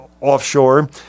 offshore